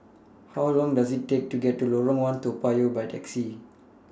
How Long Does IT Take to get to Lorong one Toa Payoh By Taxi